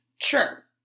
Sure